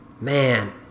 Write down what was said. Man